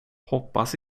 hoppas